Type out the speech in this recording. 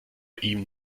ihm